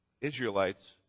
Israelites